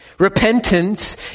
Repentance